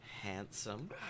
handsome